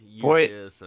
Boy